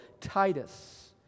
Titus